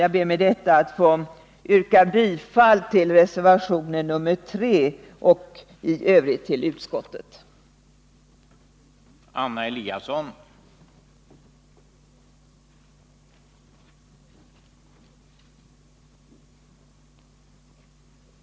Jag ber med det anförda att få yrka bifall till reservationen 3 och i övrigt bifall till utskottets hemställan.